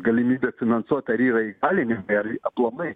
galimybę finansuot ar yra įgalinimai ir aplamai